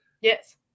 Yes